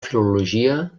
filologia